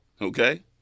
okay